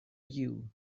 you